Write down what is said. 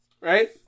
right